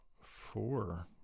four